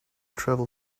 travel